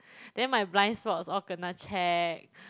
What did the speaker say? then my blind spots all kena checked